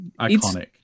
iconic